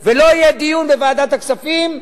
ולא יהיה דיון בוועדת הכספים,